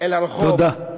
אל הרחוב, תודה.